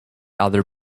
other